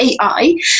AI